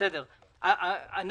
אני